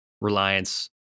reliance